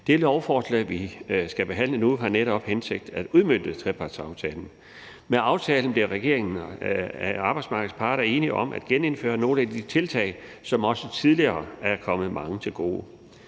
Det lovforslag, vi skal behandle nu, har netop til hensigt at udmønte trepartsaftalen. Med aftalen blev regeringen og arbejdsmarkedets parter enige om at genindføre nogle af de tiltag, som også tidligere er kommet mange til gode.